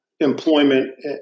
employment